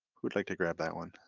who'd like to grab that one?